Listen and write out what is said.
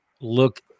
look